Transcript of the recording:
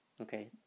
okay